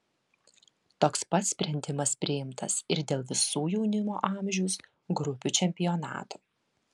toks pat sprendimas priimtas ir dėl visų jaunimo amžiaus grupių čempionatų